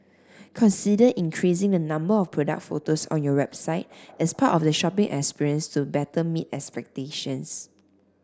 consider increasing the number of product photos on your website as part of the shopping experience to better meet expectations